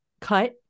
cut